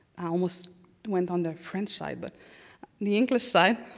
i almost went on the french side, but the english side,